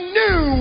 new